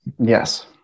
Yes